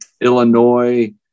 Illinois